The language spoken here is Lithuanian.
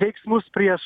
veiksmus prieš